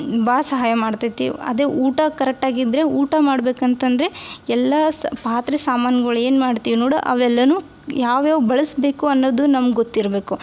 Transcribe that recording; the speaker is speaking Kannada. ಭಾಳ ಸಹಾಯ ಮಾಡ್ತೈತಿ ಅದೇ ಊಟ ಕರೆಕ್ಟಾಗಿ ಇದ್ದರೆ ಊಟ ಮಾಡ್ಬೇಕು ಅಂತಂದರೆ ಎಲ್ಲ ಸ ಪಾತ್ರೆ ಸಾಮಾನ್ಗಳು ಏನು ಮಾಡ್ತೀವಿ ನೋಡು ಅವೆಲ್ಲವೂ ಯಾವ್ಯಾವ ಬಳಸ್ಬೇಕು ಅನ್ನೋದು ನಮ್ಗೆ ಗೊತ್ತಿರಬೇಕು